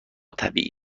طبیعی